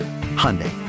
Hyundai